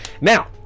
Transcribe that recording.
Now